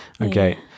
Okay